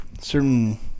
certain